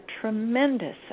tremendous